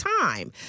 time